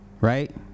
right